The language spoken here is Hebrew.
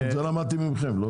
את זה למדתי מכם.